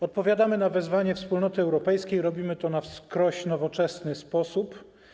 Odpowiadamy na wezwanie Wspólnoty Europejskiej, robimy to w na wskroś nowoczesny sposób.